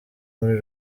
muri